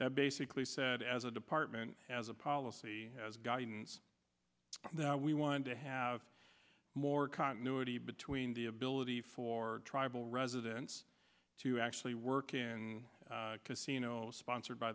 that basically said as a department has a policy as guidance we want to have more continuity between the ability for tribal residents to actually work in a casino sponsored by